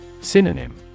Synonym